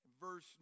Verse